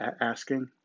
asking